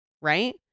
Right